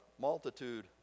multitude